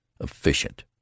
efficient